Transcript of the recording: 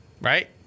Right